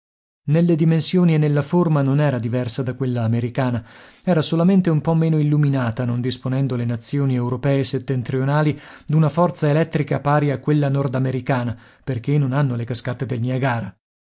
nelle dimensioni e nella forma non era diversa da quella americana era solamente un po meno illuminata non disponendo le nazioni europee settentrionali d'una forza elettrica pari a quella nordamericana perché non hanno le cascate del niagara